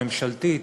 הממשלתית,